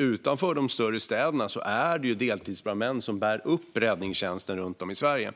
Utanför de större städerna är det ju deltidsbrandmän som bär upp räddningstjänsten runt om i Sverige.